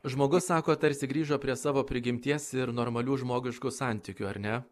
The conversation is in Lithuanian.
žmogus sako tarsi grįžo prie savo prigimties ir normalių žmogiškų santykių ar ne